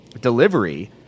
delivery –